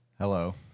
Hello